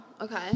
okay